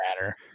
matter